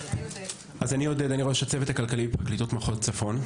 אני ראש הצוות הכלכלי בפרקליטות מחוז צפון.